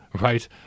Right